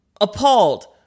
appalled